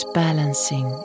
balancing